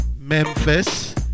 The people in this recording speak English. Memphis